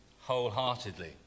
wholeheartedly